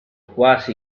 quasi